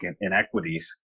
inequities